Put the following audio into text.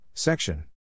Section